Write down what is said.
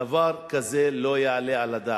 דבר כזה לא יעלה על הדעת.